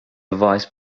vice